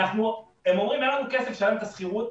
הם אומרים שאין להם כסף לשלם את השכירות,